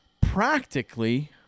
practically